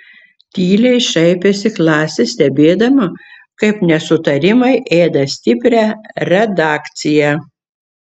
tyliai šaipėsi klasė stebėdama kaip nesutarimai ėda stiprią redakciją